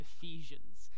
Ephesians